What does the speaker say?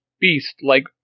beast-like